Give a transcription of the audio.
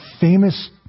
famous